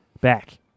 Back